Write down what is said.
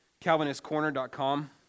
calvinistcorner.com